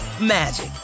magic